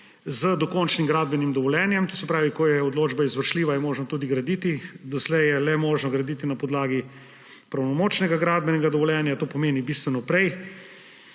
z dokončnim gradbenim dovoljenjem, se pravi, ko je odločba izvršljiva, je možno tudi graditi. Doslej je bilo možno graditi le na podlagi pravnomočnega gradbenega dovoljenja. To pomeni bistveno prej.